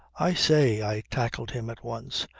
i say, i tackled him at once,